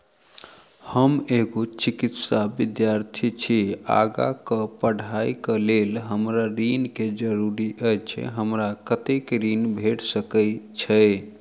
हम एगो चिकित्सा विद्यार्थी छी, आगा कऽ पढ़ाई कऽ लेल हमरा ऋण केँ जरूरी अछि, हमरा कत्तेक ऋण भेट सकय छई?